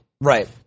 Right